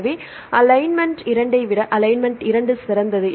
எனவே அலைன்மென்ட் 2 ஐ விட அலைன்மென்ட் 2 சிறந்தது